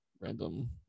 random